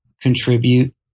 contribute